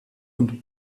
und